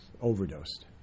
overdosed